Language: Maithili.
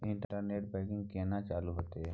इंटरनेट बैंकिंग केना चालू हेते?